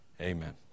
Amen